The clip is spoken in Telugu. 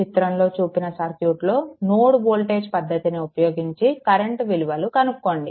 చిత్రంలో చూపిన సర్క్యూట్లో నోడ్ వోల్టేజ్ పద్ధతిని ఉపయోగించి కరెంట్ విలువలు కనుక్కోండి